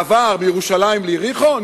מעבר בין ירושלים ליריחו?